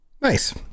Nice